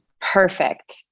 Perfect